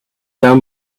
down